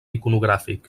iconogràfic